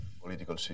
political